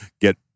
get